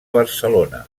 barcelona